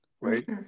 right